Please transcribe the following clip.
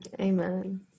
Amen